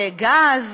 גז.